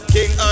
King